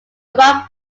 mock